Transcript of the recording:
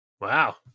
Wow